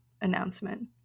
announcement